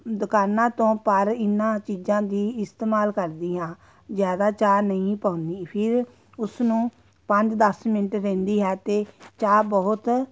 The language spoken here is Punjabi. ਦੁਕਾਨਾਂ ਤੋਂ ਪਰ ਇਨ੍ਹਾਂ ਚੀਜ਼ਾਂ ਦੀ ਇਸਤੇਮਾਲ ਕਰਦੀ ਹਾਂ ਜ਼ਿਆਦਾ ਚਾਹ ਨਹੀਂ ਪਾਉਂਦੀ ਫਿਰ ਉਸਨੂੰ ਪੰਜ ਦਸ ਮਿੰਟ ਰਿੰਨ੍ਹਦੀ ਹੈ ਅਤੇ ਚਾਹ ਬਹੁਤ